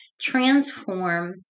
Transform